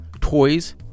toys